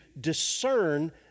discern